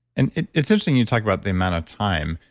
and it's interesting, you talk about the amount of time.